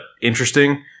interesting